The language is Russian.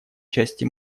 части